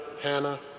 Hannah